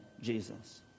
Jesus